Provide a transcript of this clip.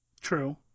True